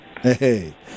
Hey